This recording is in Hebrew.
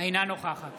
אינה נוכחת